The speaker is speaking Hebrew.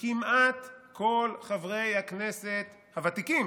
כמעט כל חברי הכנסת הוותיקים.